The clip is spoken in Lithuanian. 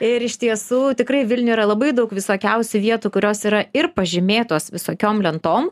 ir iš tiesų tikrai vilniuj yra labai daug visokiausių vietų kurios yra ir pažymėtos visokiom lentom